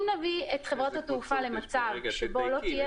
אם נביא את חברות התעופה למצב שבו לא תהיה